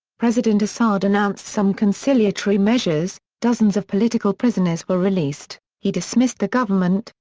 president assad announced some conciliatory measures dozens of political prisoners were released, he dismissed the government,